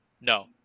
No